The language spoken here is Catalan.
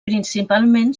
principalment